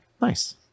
Nice